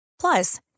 Plus